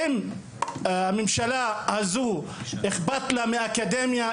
אם הממשלה הזו אכפת לה מהאקדמיה,